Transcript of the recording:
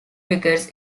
wickets